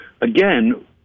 again